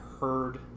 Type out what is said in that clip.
heard